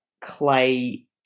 Clay